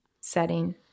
setting